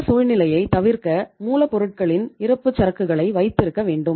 இந்த சூழ்நிலையைத் தவிர்க்க மூலப்பொருட்களின் இருப்புச்சரக்குகளை வைத்திருக்க வேண்டும்